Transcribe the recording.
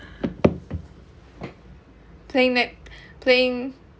playing that playing